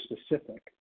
specific